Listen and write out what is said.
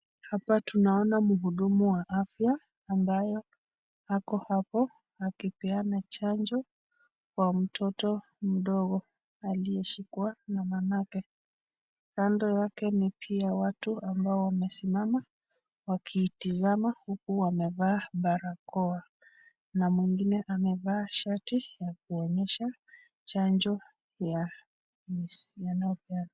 Hapa tunaona mhudumu wa afya ambaye ako hapo akipeana chanjo kwa mtoto mdogo aliyeshikwa na mamake kando yake ni pia watu ambao wamesimama wakitizama huku wamevaa barakoa na mwingine amevaa shati ya kuonyesha chanjo wanayopeana.